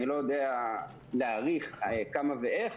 אני לא יודע להעריך כמה ואיך.